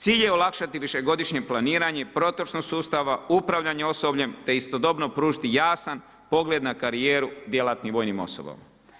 Cilj je olakšati višegodišnje planiranje, protočnost sustava, upravljanje osobljem, te istodobno pružiti jasan, pogled na karijeru djelatnim vojnim osobama.